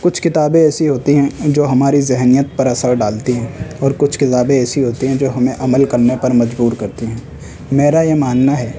کچھ کتابیں ایسی ہوتی ہیں جو ہماری ذہنیت پر اثر ڈالتی ہیں اور کچھ کتابیں ایسی ہوتی ہیں جو ہمیں عمل کرنے پر مجبور کرتی ہیں میرا یہ ماننا ہے